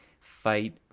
fight